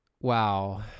Wow